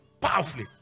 powerfully